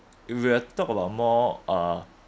if we were to talk about more uh